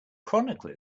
chronicle